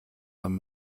wann